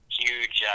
huge